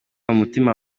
mutima